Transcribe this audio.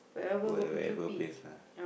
wherever place lah